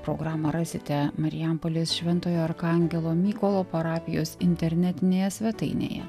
programą rasite marijampolės šventojo arkangelo mykolo parapijos internetinėje svetainėje